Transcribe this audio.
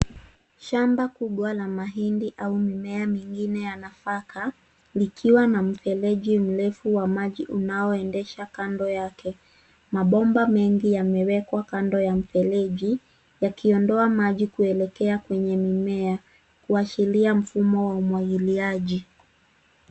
Shamba kubwa la mahindi au mimea mingine ya nafaka likiwa na mfereji mrefu wa maji unaoendesha kando yake. Mabomba mengi yamewekwa kando ya mereji yakiondoa maji kuelekea kwenye mimea kuashiria mumo wa umwagiliaji.